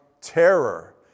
terror